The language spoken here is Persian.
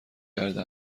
کرده